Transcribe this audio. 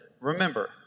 Remember